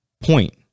point